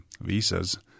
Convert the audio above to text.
visas